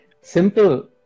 simple